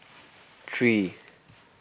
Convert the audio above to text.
three